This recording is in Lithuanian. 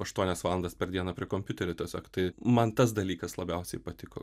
aštuonias valandas per dieną prie kompiuterio tiesiog tai man tas dalykas labiausiai patiko